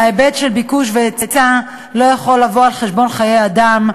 ההיבט של ביקוש והיצע לא יכול לבוא על חשבון חיי אדם,